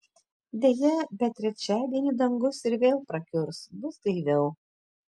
deja bet trečiadienį dangus ir vėl prakiurs bus gaiviau